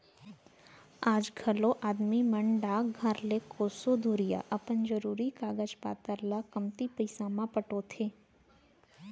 आज घलौ आदमी मन डाकघर ले कोसों दुरिहा अपन जरूरी कागज पातर ल कमती पइसा म पठोथें